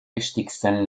wichtigsten